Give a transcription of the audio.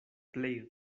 plej